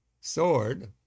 Sword